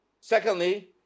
Secondly